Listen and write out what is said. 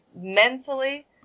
mentally